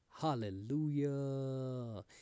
Hallelujah